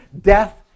Death